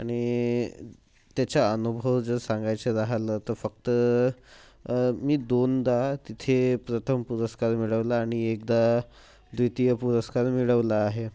आणि त्याच्या अनुभव जर सांगायचा झालं तर फक्त मी दोनदा तिथे प्रथम पुरस्कार मिळवला आणि एकदा द्वितीय पुरस्कार मिळवला आहे